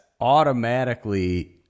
automatically